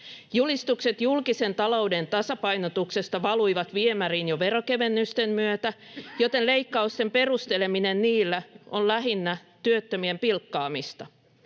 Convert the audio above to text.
Julistukset julkisen talouden tasapainotuksesta valuivat viemäriin jo veronkevennysten myötä, joten leikkausten perusteleminen niillä on lähinnä työttömien pilkkaamista.